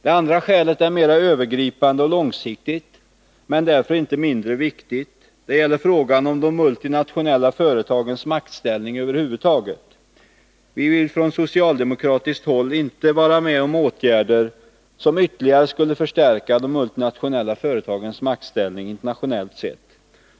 Det andra skälet är mer övergripande och långsiktigt, men därför inte mindre viktigt. Det gäller frågan om de multinationella företagens maktställning över huvud taget. Vi vill från socialdemokratiskt håll inte vara med om åtgärder, som ytterligare skulle förstärka de multinationella företagens maktställning internationellt sett.